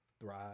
thrive